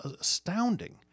astounding